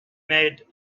made